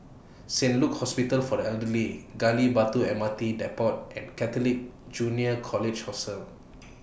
Saint Luke's Hospital For The Elderly Gali Batu M R T Depot and Catholic Junior College Hostel